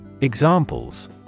Examples